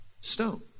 Stone